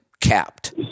capped